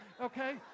Okay